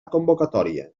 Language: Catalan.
convocatòria